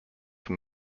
from